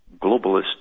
globalist